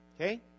Okay